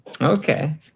Okay